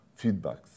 feedbacks